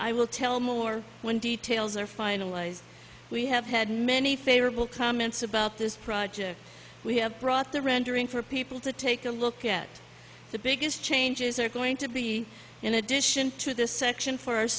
i will tell more when details are finalized we have had many favorable comments about this project we have brought the rendering for people to take a look at the biggest changes are going to be in addition to the section for our